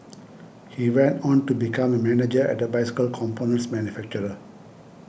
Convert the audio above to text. he went on to become a manager at a bicycle components manufacturer